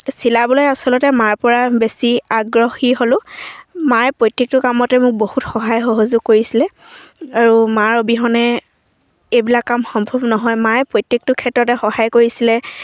চিলাবলৈ আচলতে মাৰ পৰা বেছি আগ্ৰহী হ'লোঁ মায়ে প্ৰত্যেকটো কামতে মোক বহুত সহায় সহযোগ কৰিছিলে আৰু মাৰ অবিহনে এইবিলাক কাম সম্ভৱ নহয় মায়ে প্ৰত্যেকটো ক্ষেত্ৰতে সহায় কৰিছিলে